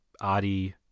Adi